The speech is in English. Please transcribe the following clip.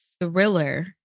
thriller